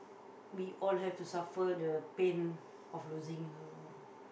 we all have to suffer the pain of losing her